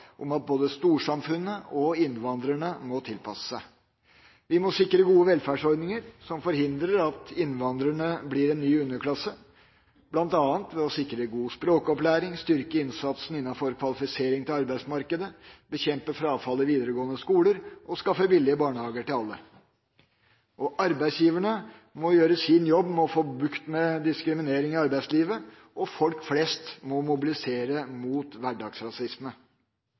om at både storsamfunnet og innvandrerne må tilpasse seg. Vi må sikre gode velferdsordninger som forhindrer at innvandrerne blir en ny underklasse, bl.a. ved å sikre god språkopplæring, styrke innsatsen innenfor kvalifisering til arbeidsmarkedet, bekjempe frafallet i videregående skoler og skaffe billige barnehager til alle. Arbeidsgiverne må gjøre sin jobb for å få bukt med diskriminering i arbeidslivet, og folk flest må mobilisere mot hverdagsrasisme.